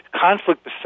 conflict